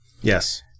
yes